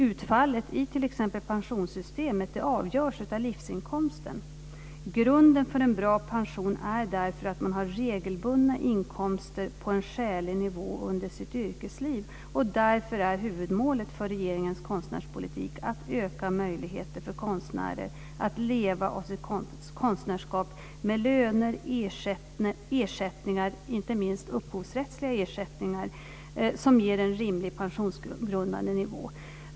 Utfallet i t.ex. pensionssystemet avgörs av livsinkomsten. Grunden för en bra pension är därför att man har regelbundna inkomster på en skälig nivå under sitt yrkesliv. Därför är huvudmålet för regeringens konstnärspolitik att öka möjligheter för konstnärer att leva av sitt konstnärskap med löner och ersättningar, inte minst upphovsrättsliga ersättningar, som ger en rimlig pensionsgrundande nivå.